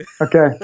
Okay